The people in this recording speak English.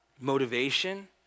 motivation